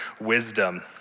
wisdom